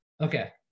Okay